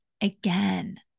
again